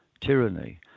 tyranny